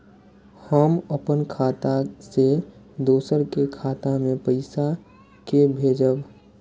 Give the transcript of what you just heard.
हम अपन खाता से दोसर के खाता मे पैसा के भेजब?